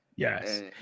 Yes